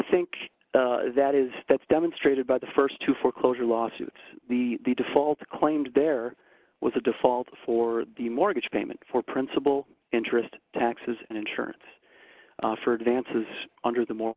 think that is that's demonstrated by the st two foreclosure lawsuits the default claimed there was a default for the mortgage payment for principal interest taxes and insurance for advances under the more